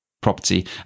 property